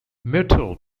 myrtle